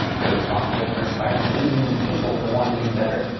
they're responsible for inspiring legions of people to want to do better,